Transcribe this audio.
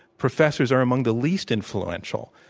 professors are am ong the least influential.